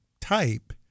type